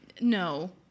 No